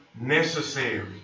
necessary